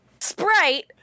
Sprite